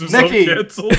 Nikki